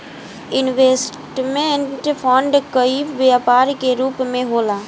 investment fund कोई व्यापार के रूप में होला